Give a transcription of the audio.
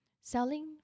selling